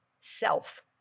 self